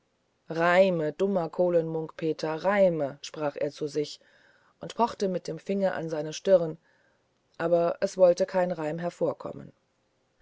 reime dummer kohlen munk peter reime sprach er zu sich und pochte mit dem finger an seine stirne aber es wollte kein reim hervorkommen